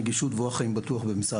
נגישות ואורח חיים בטוח במשרד החינוך.